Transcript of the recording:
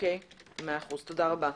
תודה רבה.